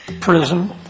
prison